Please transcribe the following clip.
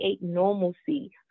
normalcy